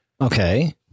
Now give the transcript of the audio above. Okay